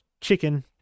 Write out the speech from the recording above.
chicken